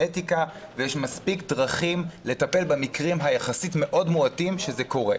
אתיקה ויש מספיק דרכים לטפל במקרים המועטים מאוד יחסית כשזה קורה.